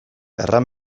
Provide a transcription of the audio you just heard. erran